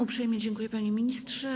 Uprzejmie dziękuję, panie ministrze.